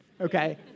okay